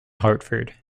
hartford